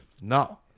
No